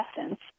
essence